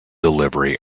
delivery